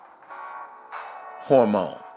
hormone